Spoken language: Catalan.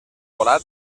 volat